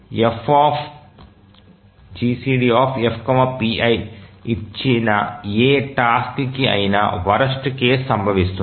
GCDFpi ఇచ్చిన ఏ task కి అయినా వరస్ట్ కేస్ సంభవిస్తుంది